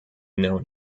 known